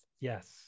yes